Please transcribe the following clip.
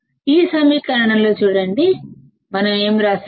ఈ సమీకరణంలో చూడండి మనం ఏమి వ్రాసాము